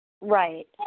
Right